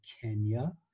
Kenya